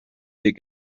great